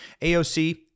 AOC